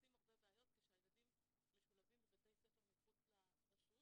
עושים הרבה בעיות כשהילדים משולבים בבתי ספר מחוץ לרשות